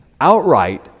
outright